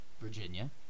Virginia